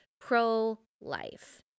pro-life